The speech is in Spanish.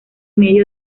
medio